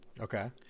okay